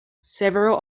several